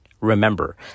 Remember